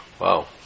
Wow